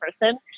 person